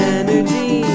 energy